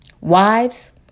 wives